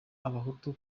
abahutu